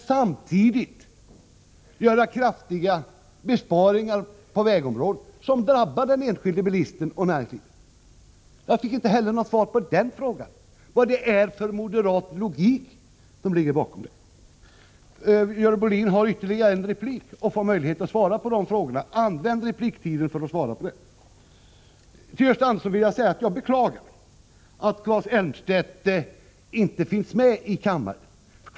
Samtidigt vill ni göra kraftiga besparingar på vägområdet, vilka drabbar den enskilde bilisten och näringslivet. Jag fick inte heller något svar på den frågan. Vad är det för moderat logik som ligger bakom? Görel Bohlin kan begära ytterligare en replik och kan då besvara dessa frågor. Använd repliktiden för att svara på dem! Till Gösta Andersson vill jag säga att jag beklagar att Claes Elmstedt inte finns i kammaren numera.